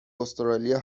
استرالیا